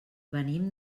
venim